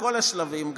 בכל השלבים,